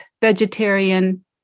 vegetarian